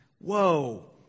Whoa